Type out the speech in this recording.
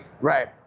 Right